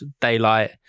daylight